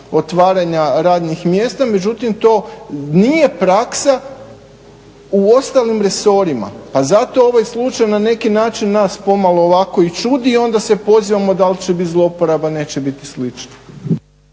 otvaranja radnih mjesta, međutim to nije praksa u ostalim resorima pa zato ovaj slučaj na neki način nas pomalo ovako i čudi i onda se pozivamo dal će bit zloporaba, neće bit i slično.